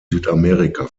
südamerika